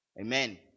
Amen